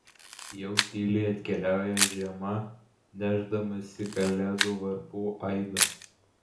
jau tyliai atkeliauja žiema nešdamasi kalėdų varpų aidą